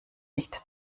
nicht